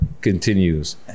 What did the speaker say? continues